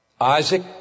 Isaac